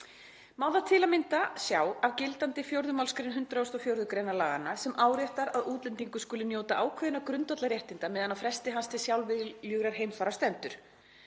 Má það til að mynda sjá af gildandi 4. mgr. 104. gr. laganna sem áréttar að útlendingur skuli njóta ákveðinna grundvallarréttinda meðan á fresti hans til sjálfviljugrar heimfarar stendur.